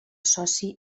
soci